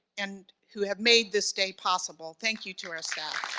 and who have made this day possible. thank you to our staff.